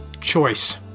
choice